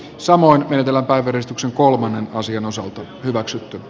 samoin kehitellä päivystyksen kolmannen osion osalta hyväksy